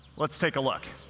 let's take a look.